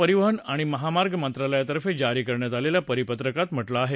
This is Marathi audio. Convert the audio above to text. परिवहन ीणि महामार्ग मंत्रालया तर्फे जारी करण्यात लेल्या परिपत्रकात म्हटलं हे